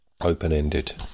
open-ended